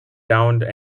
downed